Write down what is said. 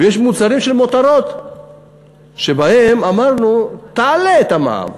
ויש מוצרים של מותרות שבהם אמרנו: תעלה את המע"מ,